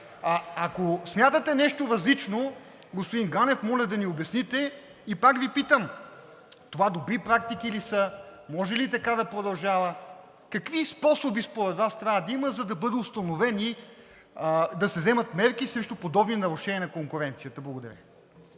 ако смятате нещо различно, господин Ганев, моля да ни обясните. И пак Ви питам – това добри практики ли са, може ли така да продължава, какви способи според Вас трябва да има, за да се вземат мерки срещу подобни нарушения на конкуренцията? Благодаря.